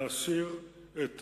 להסיר את